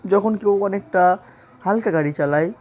যখন কেউ অনেকটা হালকা গাড়ি চালায়